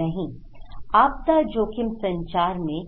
नहीं आपदा जोखिम संचार में